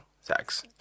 sex